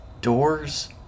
doors